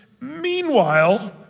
Meanwhile